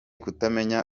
kutamenya